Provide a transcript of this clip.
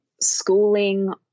schooling